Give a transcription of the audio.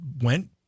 went